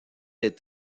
des